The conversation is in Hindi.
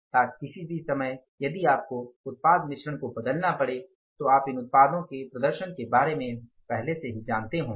ताकि किसी भी समय यदि आपको उत्पाद मिश्रण को बदलना पड़े तो आप इन उत्पादों के प्रदर्शन के बारे में पहले से ही जानते हैं